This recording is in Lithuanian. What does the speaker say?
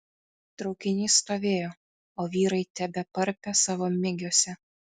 traukinys stovėjo o vyrai tebeparpė savo migiuose